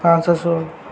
ପାଞ୍ଚଶହ ଷୋହଳ